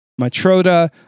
Matroda